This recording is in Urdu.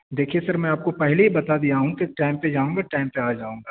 دیکھیے سر میں آپ کو پہلے ہی بتا دیا ہوں کہ ٹائم پہ جاؤں ٹائم پہ آ جاؤں گا